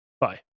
bye